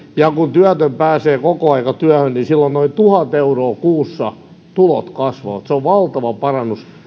ja kun työtön pääsee kokoaikatyöhön niin silloin noin tuhat euroa kuussa tulot kasvavat se on valtava parannus